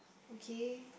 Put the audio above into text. okay